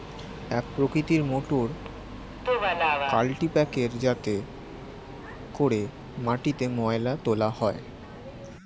এক প্রকৃতির মোটর কাল্টিপ্যাকের যাতে করে মাটিতে ময়লা তোলা হয়